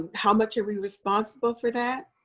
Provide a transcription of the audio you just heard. how much are we responsible for that?